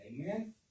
Amen